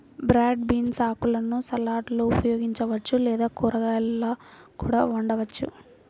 broad beans ఆకులను సలాడ్లలో ఉపయోగించవచ్చు లేదా కూరగాయలా కూడా వండవచ్చు